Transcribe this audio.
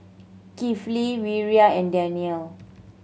Kifli Wira and Daniel